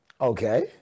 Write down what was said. Okay